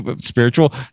spiritual